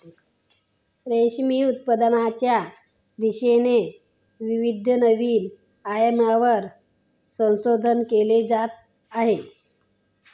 रेशीम उत्पादनाच्या दिशेने विविध नवीन आयामांवर संशोधन केले जात आहे